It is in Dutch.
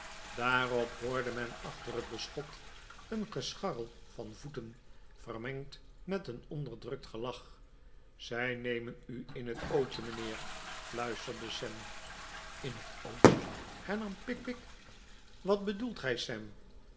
daarop hoorde men achter het beschot een gescharrel van voeten vermengd met een onderdrukt gelach zij nemen u in het ootje mijnheer fluisterde sam in het oot'je hernam pickwick wat bedoelt gij sam